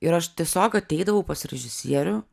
ir aš tiesiog ateidavau pas režisierių